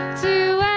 to